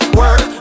work